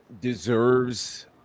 deserves